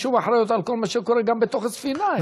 אין שום אחריות לכל מה שקורה גם בתוך הספינה,